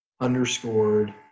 underscored